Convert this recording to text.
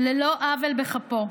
ללא עוול בכפו.